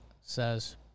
says